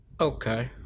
Okay